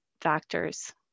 factors